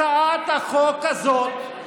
הצעת החוק הזאת,